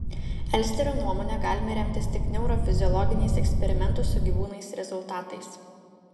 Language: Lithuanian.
elsterio nuomone galime remtis tik neurofiziologiniais eksperimentų su gyvūnais rezultatais